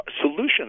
solutions